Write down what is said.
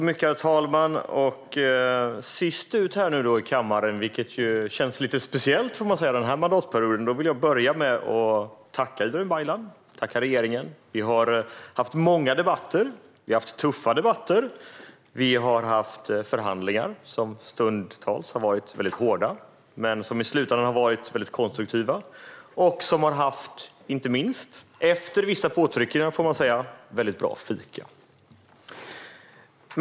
Herr talman! Jag blir sist ut här i kammaren, vilket känns lite speciellt, under den här mandatperioden. Jag vill därför börja med att tacka Ibrahim Baylan och regeringen. Vi har haft många debatter och tuffa debatter. Vi har haft förhandlingar som stundtals har varit hårda men som i slutändan har varit konstruktiva. De har inte minst - efter vissa påtryckningar, får man väl säga - innehållit väldigt bra fika.